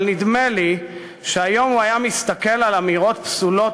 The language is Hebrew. אבל נדמה לי שהיום הוא היה מסתכל על אמירות פסולות